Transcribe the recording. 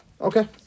okay